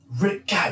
Rick